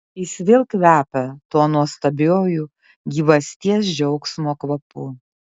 jis vėl kvepia tuo nuostabiuoju gyvasties džiaugsmo kvapu